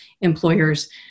employers